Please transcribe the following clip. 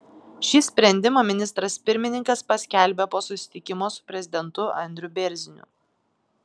šį sprendimą ministras pirmininkas paskelbė po susitikimo su prezidentu andriu bėrziniu